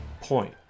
point